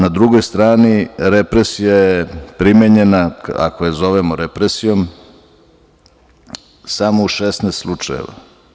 Na drugoj stani, represija je primenjena, ako je zovemo represijom, samo u 16 slučajeva.